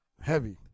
heavy